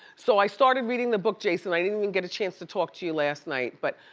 so i started reading the book, jason, i didn't even get a chance to talk to you last night but